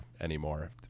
anymore